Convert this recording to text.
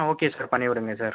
okay sir பண்ணிவிடுங்கள் sir